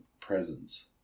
presence